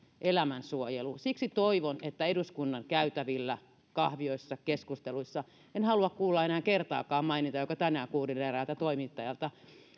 elämän suojelu siksi toivon että eduskunnan käytävillä ja kahvioissa keskusteluissa en kuule enää kertaakaan mainintaa jonka tänään kuulin eräältä toimittajalta